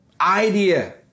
idea